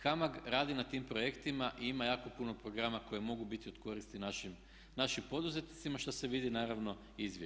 HAMAG radi na tim projektima i ima jako puno programa koji mogu biti od koristi našim poduzetnicima što se vidi naravno iz izvješća.